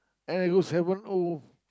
and I go seven O